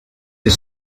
his